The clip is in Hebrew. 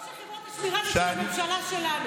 החוק של חברות השמירה הוא של הממשלה שלנו.